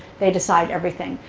they decide everything.